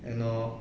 and of